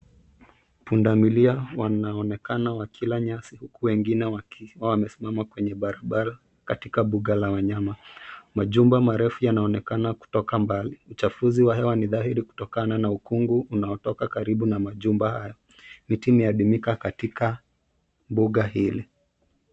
Pundamilia wanaonekana wakila nyasi huku wengine wakiwa wamesimama kwenye barabara katika mbuga la wanyama. Majumba marefu yanaonekana kutoka mbali. Uchafuzi wa hewa ni dhahiri kutokana na ukungu unatoka karibu na majumba hayo. Miti imeadimika katika mbuga hili.